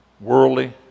worldly